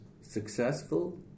successful